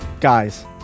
Guys